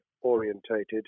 orientated